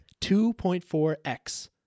2.4x